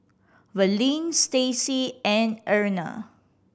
Verlin Stacey and Erna